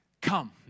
Come